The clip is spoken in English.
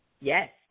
yes